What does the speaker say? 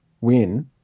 win